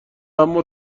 اما